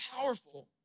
powerful